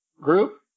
group